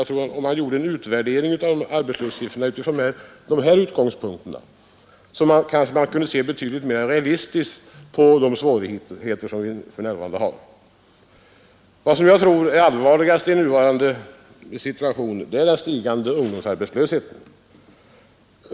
Jag tror att om man gjorde en utvärdering av arbetslöshetssiffrorna från dessa utgångspunkter, så kanske man skulle se betydligt mera realistiskt på de svårigheter vi för närvarande har. Det jag tror är allvarligast i nuvarande situation är den stigande ungdomsarbetslösheten.